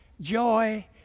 joy